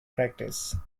practice